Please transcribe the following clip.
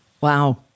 Wow